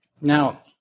Now